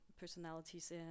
personalities